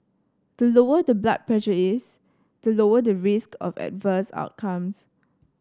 the lower the blood pressure is the lower the risk of adverse outcomes